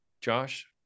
Josh